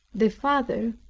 the father,